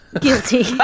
guilty